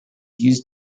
used